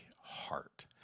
heart